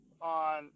On